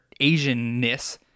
asianness